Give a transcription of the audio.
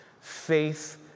Faith